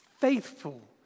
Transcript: faithful